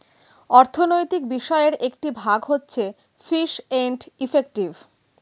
অর্থনৈতিক বিষয়ের একটি ভাগ হচ্ছে ফিস এন্ড ইফেক্টিভ